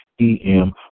e-m